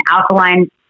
alkaline